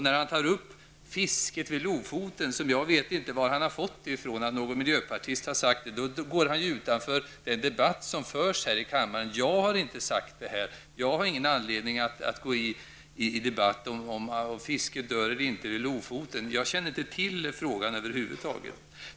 När han tar upp fisket vid Lofoten, som han säger att någon miljöpartist har tagit upp, går han utanför den debatt som förs här i kammaren. Jag har inte sagt det som han tar upp, och jag har därför ingen anledning att gå i debatt om huruvida fisket dör eller inte vid Lofoten. Jag känner över huvud taget inte till frågan.